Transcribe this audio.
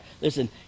listen